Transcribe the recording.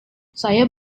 saya